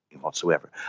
whatsoever